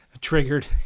triggered